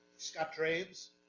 scott draves,